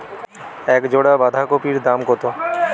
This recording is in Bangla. এক জোড়া বাঁধাকপির দাম কত?